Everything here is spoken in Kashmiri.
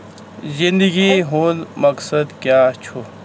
زِنٛدگی ہُنٛد مقصد کیٛاہ چھُ ؟